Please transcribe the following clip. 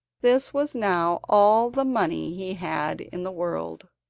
this was now all the money he had in the world.